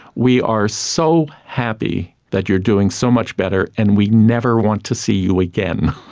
we are so happy that you are doing so much better, and we never want to see you again.